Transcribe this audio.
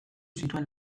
zituen